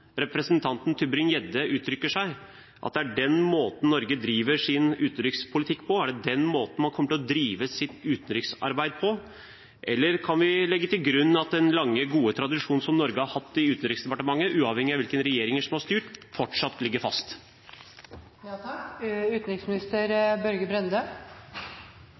representanten Tybring-Gjedde uttrykker seg på, som er den måten Norge driver sin utenrikspolitikk på? Er det den måten man kommer til å drive sitt utenriksarbeid på? Eller kan vi legge til grunn at den lange, gode tradisjonen som Norge har hatt i Utenriksdepartementet, uavhengig av hvilke regjeringer som har styrt, fortsatt ligger